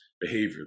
behavior